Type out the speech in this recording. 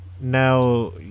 Now